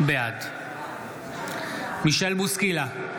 בעד מישל בוסקילה,